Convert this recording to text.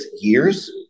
years